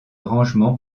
rangement